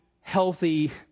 healthy